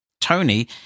Tony